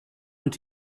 und